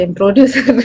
producer